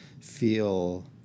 feel